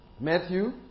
Matthew